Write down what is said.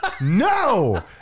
no